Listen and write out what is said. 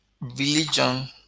religion